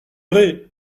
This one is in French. vrai